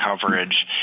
coverage